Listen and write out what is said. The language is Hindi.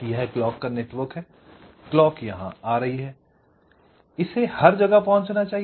यह क्लॉक का नेटवर्क है क्लॉक यहां आ रही है इसे हर जगह पहुंचना चाहिए